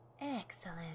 excellent